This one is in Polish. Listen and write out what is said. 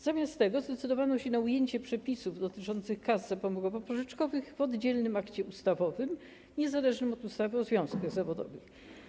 Zamiast tego zdecydowano się na ujęcie przepisów dotyczących kas zapomogowo-pożyczkowych w oddzielnym akcie ustawowym, niezależnym od ustawy o związkach zawodowych.